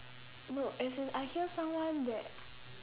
no as in I hear someone that